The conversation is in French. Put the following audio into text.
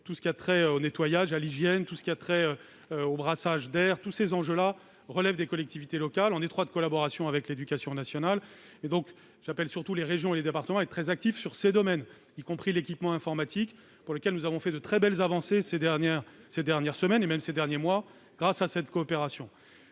tout ce qui a trait au nettoyage, à l'hygiène, au brassage d'air, relève des collectivités locales, en étroite collaboration avec l'éducation nationale. J'appelle surtout les régions et les départements à être très actifs sur ces enjeux, y compris sur l'équipement informatique, domaine dans lequel nous avons fait de très belles avancées ces derniers mois et ces dernières semaines grâce à cette coopération.